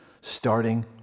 Starting